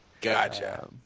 Gotcha